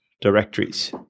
directories